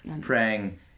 praying